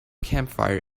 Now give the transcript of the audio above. campfire